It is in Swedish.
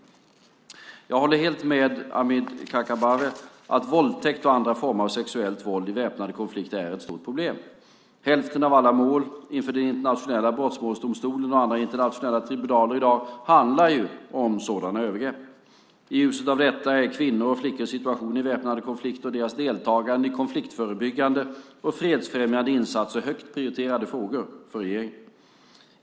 Jag håller helt med Amineh Kakabaveh att våldtäkt och andra former av sexuellt våld i väpnade konflikter är ett stort problem. Hälften av alla mål inför den internationella brottmålsdomstolen och andra internationella tribunaler i dag handlar om sådana övergrepp. I ljuset av detta är kvinnors och flickors situation i väpnade konflikter och deras deltagande i konfliktförebyggande och fredsfrämjande insatser högt prioriterade frågor för regeringen.